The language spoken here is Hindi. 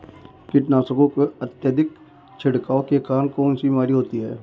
कीटनाशकों के अत्यधिक छिड़काव के कारण कौन सी बीमारी होती है?